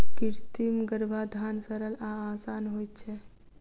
कृत्रिम गर्भाधान सरल आ आसान होइत छै